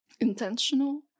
intentional